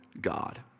God